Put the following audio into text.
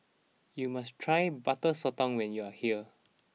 you must try Butter Sotong when you are here